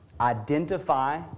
identify